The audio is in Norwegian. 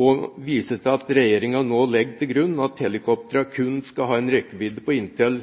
og viser til at regjeringen «nå legger til grunn at helikoptrene kun skal ha en rekkevidde på inntil